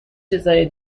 چیزای